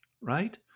right